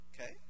okay